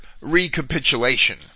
recapitulation